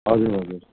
हजुर हजुर